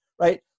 right